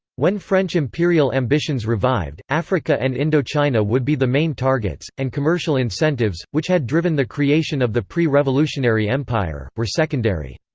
when french imperial ambitions revived, africa and indochina would be the main targets, and commercial incentives, which had driven the creation of the pre-revolutionary empire, were secondary.